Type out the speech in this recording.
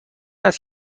است